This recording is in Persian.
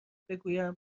بگویم